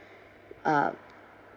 uh